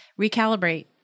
recalibrate